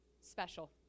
Special